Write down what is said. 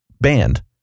band